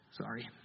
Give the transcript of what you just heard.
Sorry